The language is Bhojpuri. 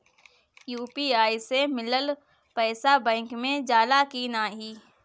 यू.पी.आई से मिलल पईसा बैंक मे जाला की नाहीं?